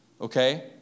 Okay